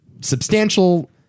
substantial